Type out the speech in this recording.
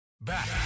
Back